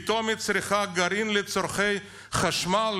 פתאום היא צריכה גרעין לצורכי חשמל?